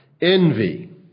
Envy